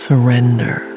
surrender